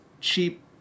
cheap